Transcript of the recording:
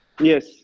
Yes